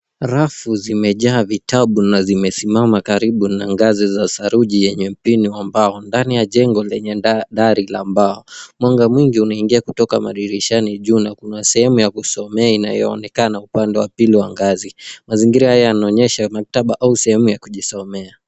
Rafu zimejaa vitabu na zimesimama karibu na ngazi za saruji yenye mpini wa mbao, ndani ya jengo lenye dari la mbao. Mwanga mwingi unaingia kutoka madirishani juu na kuna sehemu ya kusomea inayoonekana upande wa pili ya ngazi. Mazingira haya yanaonyesha maktaba au sehemu ya kujisomea.